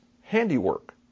handiwork